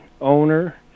owner